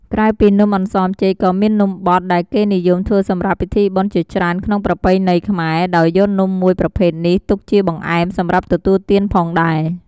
ក្រៅពីនំអន្សមចេក ក៏មាន នំបត់ ដែលគេនិយមធ្វើសម្រាប់ពិធីបុណ្យជាច្រើនក្នុងប្រពៃណីខ្មែរ ដោយយកនំមួយប្រភេទនេះទុកជាបង្អែមសម្រាប់ទទួលទានផងដែរ។